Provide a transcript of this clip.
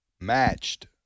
matched